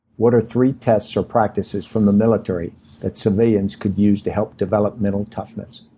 what are three tests or practices from the military that civilians could use to help develop mental toughness?